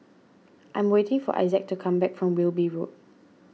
I am waiting for Issac to come back from Wilby Road